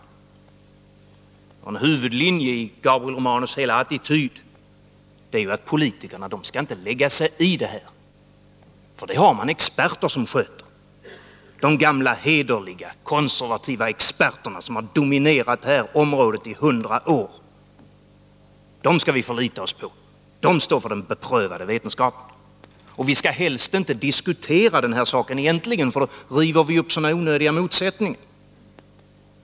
Psykiatrisk hälso En huvudlinje i Gabriel Romanus hela attityd är att politikerna inte skall och sjukvård lägga sig i det här, för det har man experter som sköter. Det är de gamla hederliga konservativa experterna som har dominerat det här området i hundra år, som vi skall förlita oss på. De står för den beprövade vetenskapen. Vi skall helst inte diskutera den här saken alls, för då skapar vi sådana onödiga motsättningar.